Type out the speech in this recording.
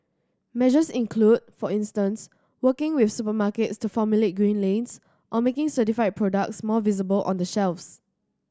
measures include for instance working with supermarkets to formulate green lanes or making certified products more visible on the shelves